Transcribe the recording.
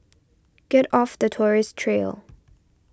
get off the tourist trail